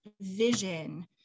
vision